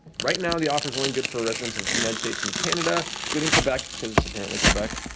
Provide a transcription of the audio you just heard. right now, the offer's only good for residents of the united states and canada, excluding quebec, because, apparently, quebec.